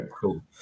Cool